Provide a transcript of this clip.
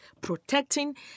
protecting